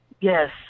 Yes